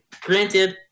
Granted